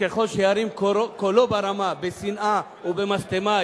או ככל שירים קולו ברמה בשנאה ובמשטמה,